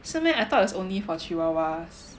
是 meh I thought is only for chihuahuas